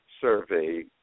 survey